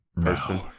person